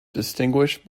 distinguished